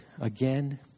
again